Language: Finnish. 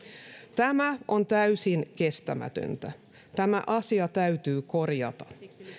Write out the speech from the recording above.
tämä on täysin kestämätöntä tämä asia täytyy korjata